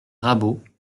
rabault